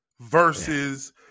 versus